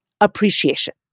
appreciation